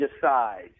decide